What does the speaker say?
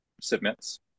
submits